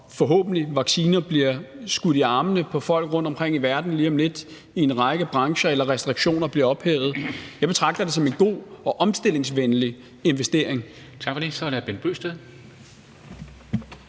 forhåbentlig bliver skudt i armene på folk rundtomkring i verden lige om lidt, eller når restriktioner bliver ophævet. Jeg betragter det som en god og omstillingsvenlig investering.